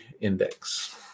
index